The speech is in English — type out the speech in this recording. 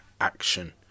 action